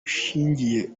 ushingiye